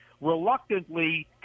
Reluctantly